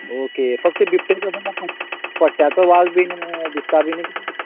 okay फक्त बिबटेंच पट्यांचो वाघ बिन दिसतां बिन किद